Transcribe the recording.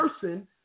person